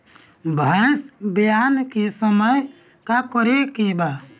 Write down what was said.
भैंस ब्यान के समय का करेके बा?